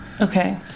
Okay